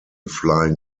flying